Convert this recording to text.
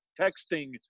texting